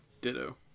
Ditto